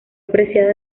apreciado